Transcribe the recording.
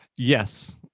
Yes